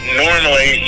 normally